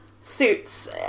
Suits